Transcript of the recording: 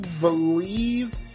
believe